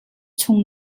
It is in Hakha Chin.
chung